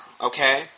okay